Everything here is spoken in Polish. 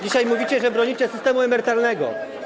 Dzisiaj mówicie, że bronicie systemu emerytalnego?